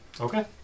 Okay